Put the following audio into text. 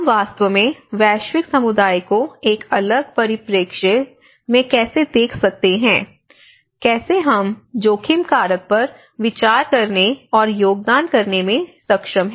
हम वास्तव में वैश्विक समुदाय को एक अलग परिप्रेक्ष्य में कैसे देख सकते हैं कैसे हम जोखिम कारक पर विचार करने और योगदान करने में सक्षम हैं